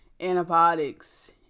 antibiotics